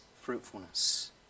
fruitfulness